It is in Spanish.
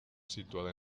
situada